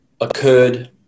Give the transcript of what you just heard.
occurred